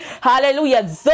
Hallelujah